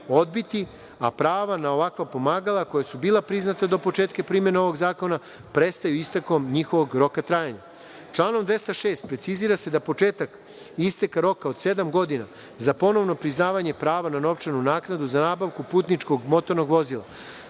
a prava na ovakva pomagala, koja su bila priznata do početka primene ovog zakona, prestaju istekom njihovog roka trajanja. Članom 206. precizira se da početak isteka roka od sedam godina za ponovno priznavanje prava na novčanu naknadu za nabavku putničkog motornog vozila.